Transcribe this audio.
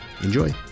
Enjoy